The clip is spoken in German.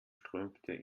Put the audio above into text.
strömte